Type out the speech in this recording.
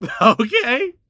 Okay